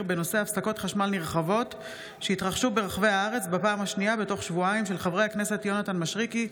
בהצעתם של חברי הכנסת יונתן מישרקי,